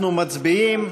אנחנו מצביעים.